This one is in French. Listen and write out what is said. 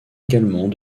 également